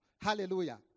Hallelujah